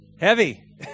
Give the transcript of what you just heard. Heavy